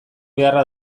beharra